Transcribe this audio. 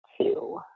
two